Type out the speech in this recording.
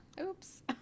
Oops